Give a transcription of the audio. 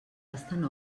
bastant